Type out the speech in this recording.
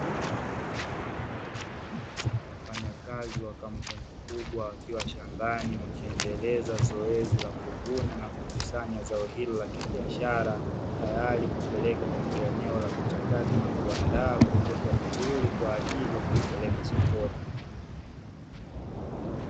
Wafanyakazi wa kampuni kubwa wakiwa shambani wakiendeleza zoezi la kuvuna na kukusanya zao hilo la kibiashara; Tayari kupeleka katika eneo la kuchakata na kuandaa kuliweka vizuri kwaajili ya kulipeleka sokoni.